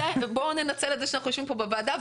בואו ננצל את זה שאנחנו יושבים פה בוועדה,